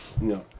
No